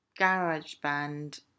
GarageBand